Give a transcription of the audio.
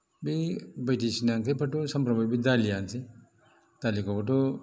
बै बायदिसिना ओंख्रिफोरथ' सामफ्रामबो बे दालियानोसै दालिखौबोथ'